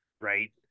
right